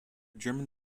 german